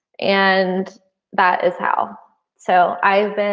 and that is how so i've